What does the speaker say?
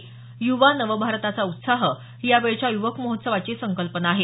युवा नवभारताचा उत्साह ही या वेळच्या युवक महोत्सवाची संकल्पना आहे